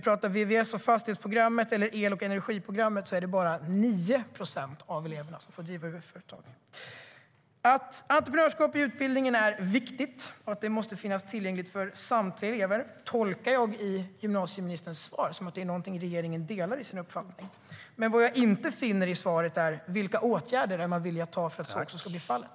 På vvs och fastighetsprogrammet och el och energiprogrammet är det bara 9 procent av eleverna som får driva UF-företag. Jag tolkar gymnasieministerns svar som att regeringen delar uppfattningen att entreprenörskap i utbildningen är viktigt och måste finnas tillgängligt för samtliga elever. Men vad jag inte finner i svaret är vilka åtgärder man är villig att vidta för att så också ska bli fallet.